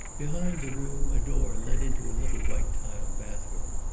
behind the room a door led into a little white-tiled bathroom.